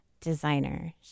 designer